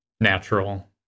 natural